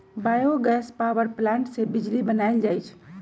bio gas power plant से बिजली बनाएल जाइ छइ